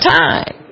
time